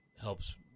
helps